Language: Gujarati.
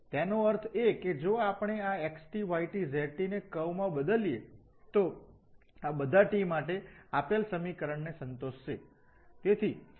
તેનો અર્થ એ કે જો આપણે આ x y z ને કર્વ માં બદલીએ તો આ બધા t માટે આપેલ સમીકરણને સંતોષશે